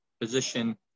position